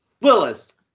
Willis